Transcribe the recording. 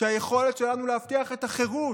שהיכולת שלנו להבטיח את החירות,